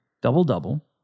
double-double